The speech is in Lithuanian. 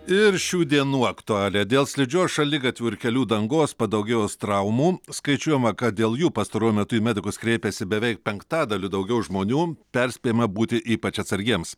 ir šių dienų aktualija dėl slidžios šaligatvių ir kelių dangos padaugėjus traumų skaičiuojama kad dėl jų pastaruoju metu į medikus kreipėsi beveik penktadaliu daugiau žmonių perspėjama būti ypač atsargiems